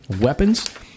weapons